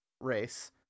race